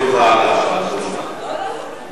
המציג האחרון.